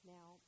Now